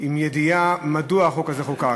לא יצאתי עם ידיעה מדוע החוק הזה חוקק,